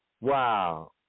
Wow